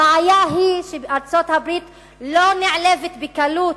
הבעיה היא שארצות-הברית לא נעלבת בקלות,